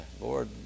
Lord